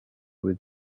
with